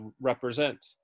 represent